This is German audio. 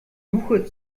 suche